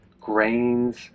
grains